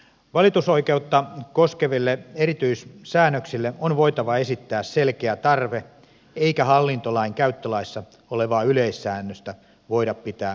valitusoikeutta koskeville erityissäännöksille on voitava esittää selkeä tarve eikä hallintolainkäyttölaissa olevaa yleissäännöstä voida pitää perusteltuna